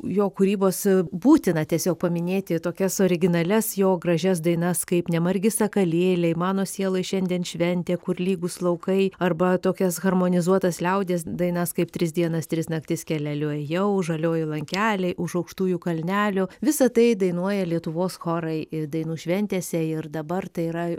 jo kūrybos būtina tiesiog paminėti tokias originalias jo gražias dainas kaip ne margi sakalėliai mano sieloj šiandien šventė kur lygūs laukai arba tokias harmonizuotas liaudies dainas kaip tris dienas tris naktis keleliu ėjau žaliojoj lankelėj už aukštųjų kalnelių visa tai dainuoja lietuvos chorai ir dainų šventėse ir dabar tai yra